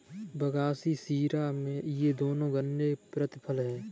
बगासी शीरा ये दोनों गन्ने के प्रतिफल हैं